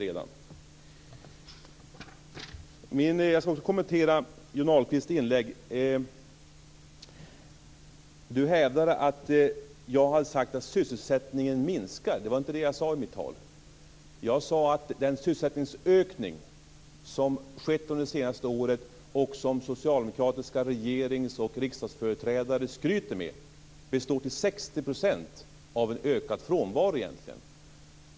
Jag skall också kommentera Johnny Ahlqvist inlägg. Han hävdade att jag har sagt att sysselsättningen minskar. Det var inte det jag sade i mitt tal. Jag sade att den sysselsättningsökning som skett under det senaste året och som socialdemokratiska regeringsoch riksdagsföreträdare skryter med till 60 % består av en ökad frånvaro.